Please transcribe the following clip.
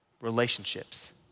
Relationships